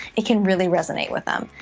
it can really resonate with them.